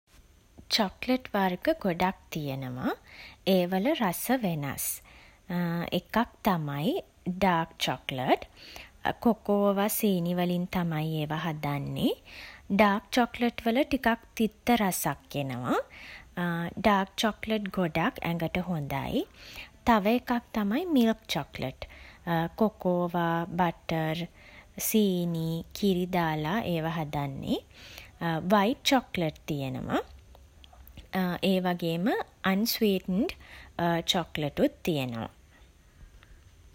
Chocolate වර්ග ගොඩක් තියෙනවා. ඒවල රස වෙනස්. එකක් තමයි, ඩාක් චොක්ලට්. කොකෝවා, සීනි වලින් තමයි ඒවා හදන්නේ. ඩාක් චොක්ලට්වල ටිකක් තිත්ත රසක් එනවා. ඩාක් චොක්ලට් ගොඩක් ඇඟට හොඳයි. තව එකක් තමයි මිල්ක් චොක්ලට්. කොකෝවා, බටර්, සීනි, කිරි දාලා ඒවා හදන්නේ. වයිට් චොක්ලට් තියෙනවා ඒවගේම අන්ස්වීට්න්ඩ් චෝක්ලටුත් තියෙනවා.